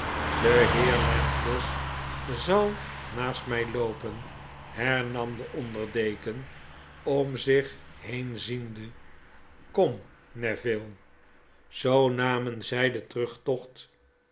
de heer landless zal naast mij loopen hernam de onder deken om zich heenziende kom neville zoo namen zij den terugtocht